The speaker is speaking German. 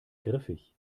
griffig